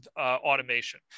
automation